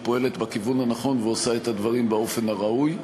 פועלת בכיוון הנכון ועושה את הדברים באופן הראוי.